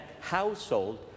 household